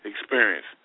experience